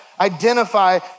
identify